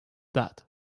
that